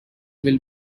will